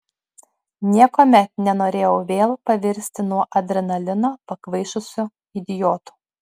niekuomet nenorėjau vėl pavirsti nuo adrenalino pakvaišusiu idiotu